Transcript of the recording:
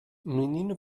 menino